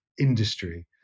industry